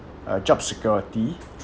uh job security